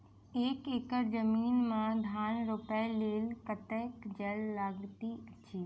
एक एकड़ जमीन मे धान रोपय लेल कतेक जल लागति अछि?